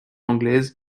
anglaise